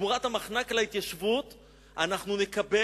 תמורת המחנק על ההתיישבות נקבל